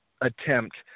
attempt